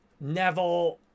Neville